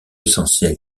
essentiel